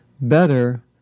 better